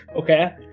Okay